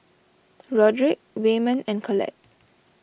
Roderick Wayman and Collette